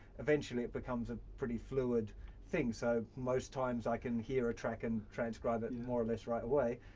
eventually it becomes a pretty fluid thing, so, most times i can hear a track and transcribe it more or less right away.